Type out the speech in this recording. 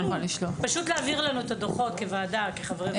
פשוט להעביר לנו את הדוחות כחברי הוועדה.